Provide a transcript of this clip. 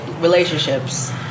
relationships